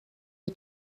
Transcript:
you